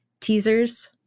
teasers